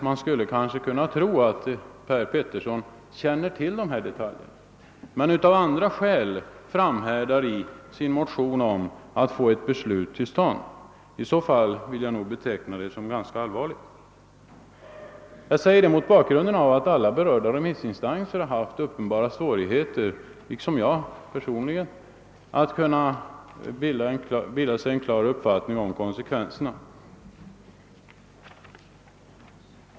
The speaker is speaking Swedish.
Man skulle kanske kunna tro att herr Petersson i Gäddvik känner till dessa detaljer men av andra skäl framhärdar i att motionera för att få ett beslut till stånd. I så fall vill jag beteckna det som ganska allvarligt. Jag säger detta mot bakgrund av att alla berörda remissinstanser haft uppenbara svårigheter — liksom jag personligen — att bilda sig en klar uppfattning om konsekvenserna.